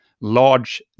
large